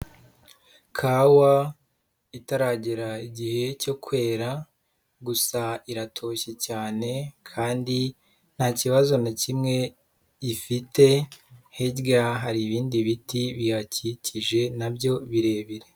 Kawa itaragera igihe cyo kwera, gusa iratoshye cyane kandi nta kibazo na kimwe ifite, hirya hari ibindi biti bihakikije nabyo birebire.